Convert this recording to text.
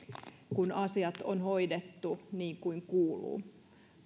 kun asiat on hoidettu niin kuin kuuluu